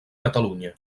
catalunya